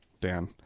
Dan